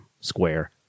square